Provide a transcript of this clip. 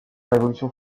révolution